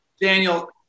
Daniel